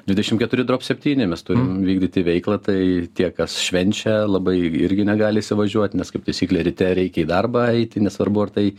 dvidešim keturi drop septyni mes turim vykdyti veiklą tai tie kas švenčia labai irgi negali įsivažiuot nes kaip taisyklė ryte reikia į darbą eiti nesvarbu ar tai